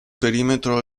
perimetro